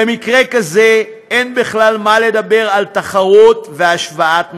במקרה כזה אין בכלל מה לדבר על תחרות והשוואת מחירים.